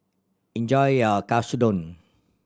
enjoy your Katsudon